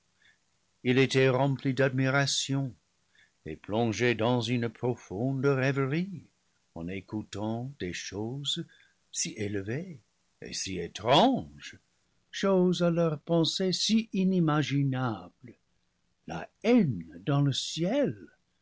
il était rempli d'admiration et plongé dans une profonde rêverie en écoutant des choses si élevées et si étranges choses à leur pensée si inimaginables la haine dans le ciel